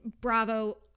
Bravo